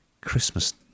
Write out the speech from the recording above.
Christmas